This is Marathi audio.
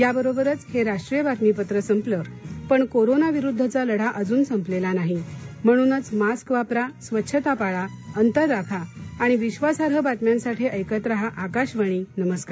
याबरोबरच हरिष्ट्रीय बातमीपत्र संपलं पण कोरोना विरुद्धचा लढा अजून संपलक्षी नाही म्हणूनच मास्क वापरा स्वच्छता पाळा अंतर राखा आणि विश्वासार्ह बातम्यांसाठी ऐकत रहा आकाशवाणी नमस्कार